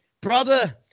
brother